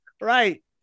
Right